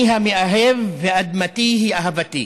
אני המאהב ואדמתי היא אהבתי.